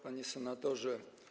Panie Senatorze!